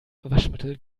waschmittel